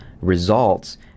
results